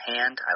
Hand